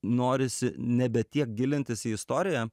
norisi nebe tiek gilintis į istoriją